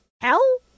hell